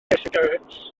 sigaréts